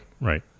right